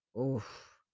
Oof